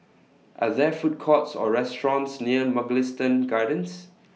Are There Food Courts Or restaurants near Mugliston Gardens